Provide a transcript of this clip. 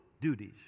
duties